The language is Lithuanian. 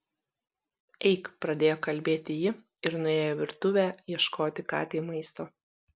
eik pradėjo kalbėti ji ir nuėjo į virtuvę ieškoti katei maisto